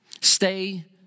Stay